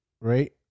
right